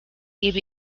gebe